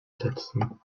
setzen